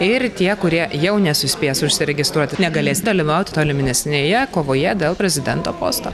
ir tie kurie jau nesuspės užsiregistruoti negalės dalyvauti tolimesnėje kovoje dėl prezidento posto